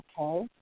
okay